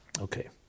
Okay